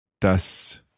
dass